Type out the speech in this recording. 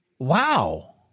Wow